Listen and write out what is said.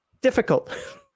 difficult